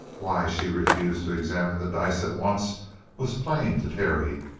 why she refused to examine the dice at once was plain to terry.